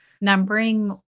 numbering